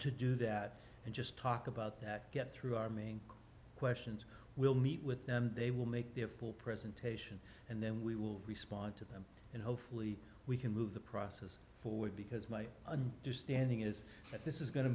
to do that and just talk about that get through arming questions we'll meet with them they will make their full presentation and then we will respond to them and hopefully we can move the process forward because my understanding is that this is going to